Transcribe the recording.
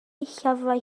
llyfrau